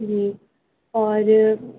جی اور